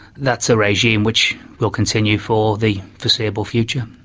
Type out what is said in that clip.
that's a regime which will continue for the foreseeable future.